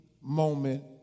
moment